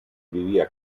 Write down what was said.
vivía